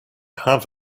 have